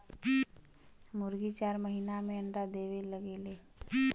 मुरगी चार महिना में अंडा देवे लगेले